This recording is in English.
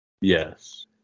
Yes